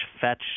fetch